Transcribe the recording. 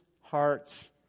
hearts